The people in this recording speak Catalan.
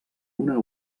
una